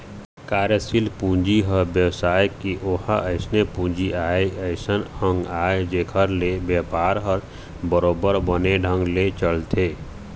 कार्यसील पूंजी ह बेवसाय के ओहा अइसन पूंजी आय अइसन अंग आय जेखर ले बेपार ह बरोबर बने ढंग ले चलथे